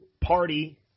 party